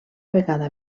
vegada